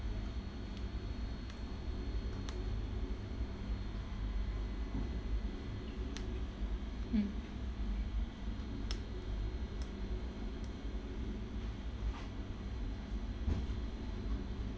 mm